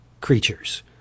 creatures